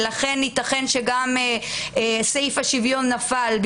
לכן, ייתכן, גם סעיף השוויון נפל.